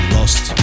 Lost